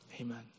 Amen